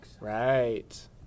right